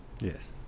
Yes